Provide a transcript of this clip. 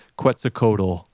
Quetzalcoatl